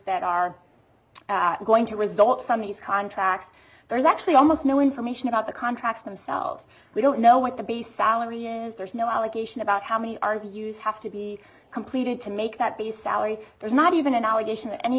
that are going to result from these contracts there's actually almost no information about the contracts themselves we don't know what the base salary is there's no allegation about how many our views have to be completed to make that base salary there's not even an allegation